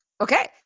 Okay